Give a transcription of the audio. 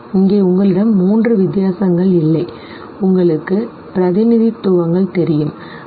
இங்கே உங்களிடம் மூன்று வித்தியாசங்கள் இல்லை உங்களுக்கு பிரதிநிதித்துவங்கள் தெரியும் சரி